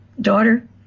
daughter